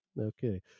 okay